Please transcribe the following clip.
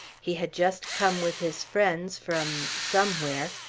he had just come with his friends from somewhere.